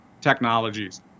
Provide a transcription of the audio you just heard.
technologies